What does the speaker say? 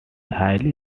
highly